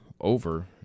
over